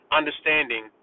understanding